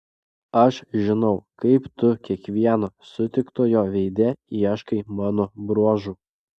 aš žinau kaip tu kiekvieno sutiktojo veide ieškai mano bruožų